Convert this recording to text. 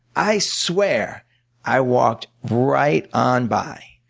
i swear i walked right on by.